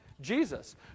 Jesus